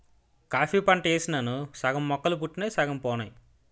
coffee పంట యేసినాను సగం మొక్కలు పుట్టినయ్ సగం పోనాయి